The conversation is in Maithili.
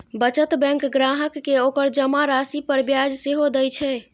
बचत बैंक ग्राहक कें ओकर जमा राशि पर ब्याज सेहो दए छै